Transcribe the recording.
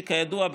שכידוע,